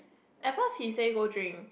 at first he say go drink